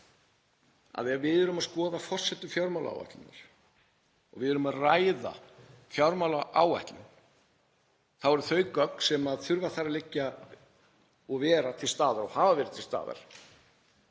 ef við erum að skoða forsendur fjármálaáætlunar og ef við erum að ræða fjármálaáætlun þá eru þau gögn sem þurfa þar að liggja og vera til staðar og hafa verið til staðar